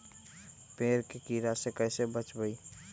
पेड़ के कीड़ा से कैसे बचबई?